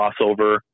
crossover